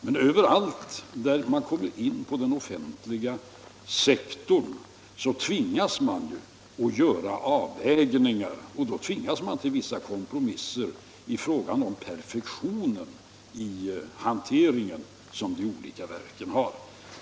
Men man tvingas överallt inom den offentliga sektorn att göra avvägningar och vissa kompromisser i fråga om perfektionen i hanteringen av de olika verksamheterna.